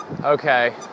Okay